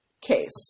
case